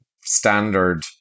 standard